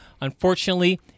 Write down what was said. unfortunately